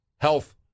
Health